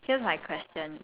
okay